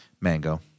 Mango